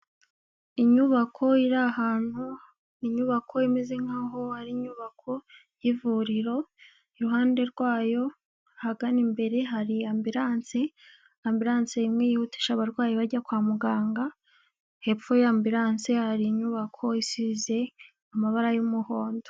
Inyubako iri ahantu, inyubako imeze nk'aho ari inyubako y'ivuriro, iruhande rwayo ahagana imbere hari ambilanse, ambilanse imwe yihutisha abarwayi bajya kwa muganga, hepfo ya ambilanse hari inyubako isize amabara y'umuhondo.